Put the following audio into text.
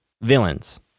villains